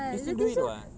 you still do it [what]